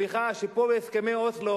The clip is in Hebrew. סליחה, כשפה בהסכמי אוסלו